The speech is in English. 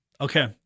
Okay